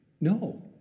No